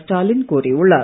ஸ்டாலின் கோரியுள்ளார்